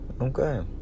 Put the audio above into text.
Okay